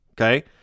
okay